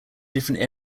different